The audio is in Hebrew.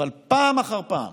אבל פעם אחר פעם